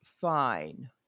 Fine